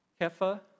Kefa